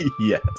Yes